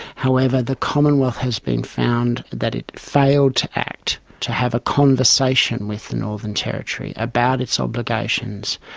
however, the commonwealth has been found that it failed to act to have a conversation with the northern territory about its obligations,